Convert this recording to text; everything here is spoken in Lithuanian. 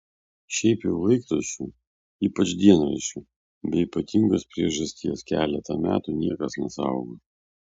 šiaip jau laikraščių ypač dienraščių be ypatingos priežasties keletą metų niekas nesaugo